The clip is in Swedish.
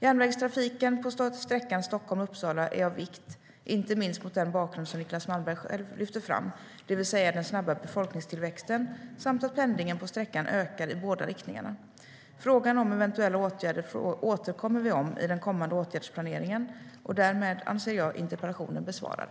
Järnvägstrafiken på sträckan Stockholm-Uppsala är av vikt, inte minst mot den bakgrund som Niclas Malmberg själv lyfter fram, det vill säga den snabba befolkningstillväxten samt att pendlingen på sträckan ökar i båda riktningarna. Frågan om eventuella åtgärder återkommer vi till i den kommande åtgärdsplaneringen, och därmed anser jag interpellationen besvarad.